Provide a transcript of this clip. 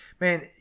Man